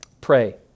pray